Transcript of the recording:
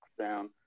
sound